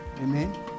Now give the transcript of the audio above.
amen